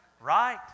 Right